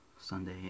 Sunday